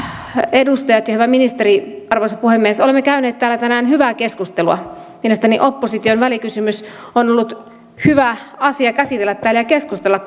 edustajat ja hyvä ministeri olemme käyneet täällä tänään hyvää keskustelua mielestäni opposition välikysymys on ollut hyvä käsitellä ja keskustella